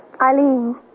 Eileen